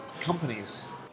companies